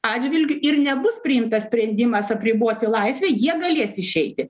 atžvilgiu ir nebus priimtas sprendimas apriboti laisvę jie galės išeiti